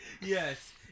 Yes